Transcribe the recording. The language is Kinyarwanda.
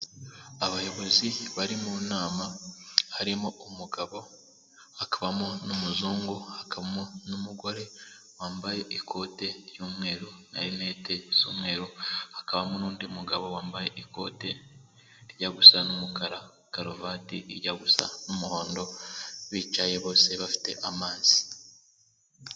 Abayobozi bari mu nama harimo umugabo, hakabamo n'umuzungu, hakabamo n'umugore wambaye ikote ry'umweru, na rinete z'umweru, hakabamo n'undi mugabo wambaye ikote rijya gusa n'umukara, karuvati ijya gusa n'umuhondo, bicaye bose bafite amazi.